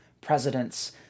presidents